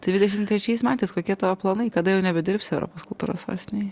tai videšim trečiais metais kokie tavo planai kada jau nebedirbsi europos kultūros sostinėje